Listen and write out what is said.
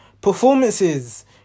performances